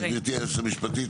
גברתי היועצת המשפטית,